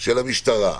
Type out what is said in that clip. של המשטרה,